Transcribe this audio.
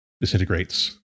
disintegrates